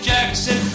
Jackson